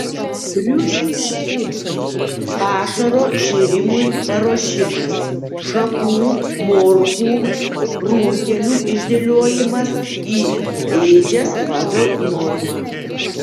triušių šėrimas pašaro šėrimui paruošimas šakų morkų runkelių išdėliojimas į ėdžias pagal normą